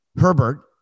Herbert